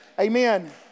Amen